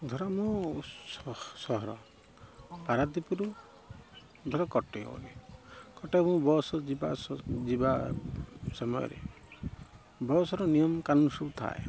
ଧର ମୁଁ ସ ସହର ପାରାଦ୍ୱୀପରୁ ଧର କଟକ ଗଲି କଟକରୁ ବସ୍ ଯିବା ଆସ ଯିବା ସମୟରେ ବସ୍ର ନିୟମ କାନୁନ୍ ସବୁ ଥାଏ